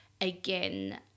again